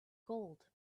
gold